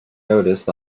noticed